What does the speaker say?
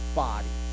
body